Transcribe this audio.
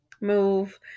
move